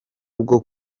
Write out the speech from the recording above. bwo